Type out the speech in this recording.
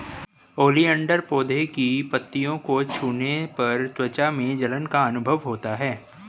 oleander पौधे की पत्तियों को छूने पर त्वचा में जलन का अनुभव होता है